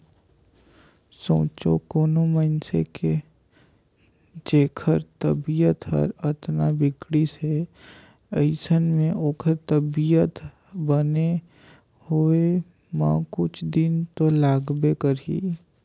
सोंचे कोनो मइनसे के जेखर तबीयत हर अतना बिगड़िस हे अइसन में ओखर तबीयत बने होए म कुछ दिन तो लागबे करही